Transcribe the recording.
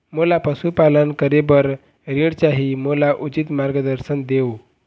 मोला पशुपालन करे बर ऋण चाही, मोला उचित मार्गदर्शन देव?